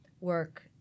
work